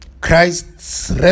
Christ's